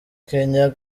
kenya